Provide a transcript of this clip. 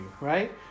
right